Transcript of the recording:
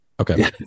Okay